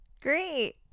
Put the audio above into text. Great